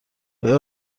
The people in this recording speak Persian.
آیا